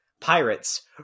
pirates